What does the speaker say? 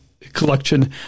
collection